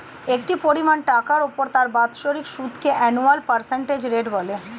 একটি পরিমাণ টাকার উপর তার বাৎসরিক সুদকে অ্যানুয়াল পার্সেন্টেজ রেট বলে